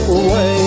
away